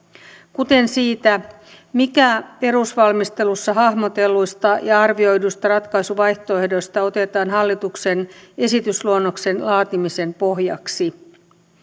kuten siitä mikä perusvalmistelussa hahmotelluista ja arvioiduista ratkaisuvaihtoehdoista otetaan hallituksen esitysluonnoksen laatimisen pohjaksi